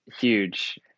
huge